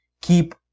keep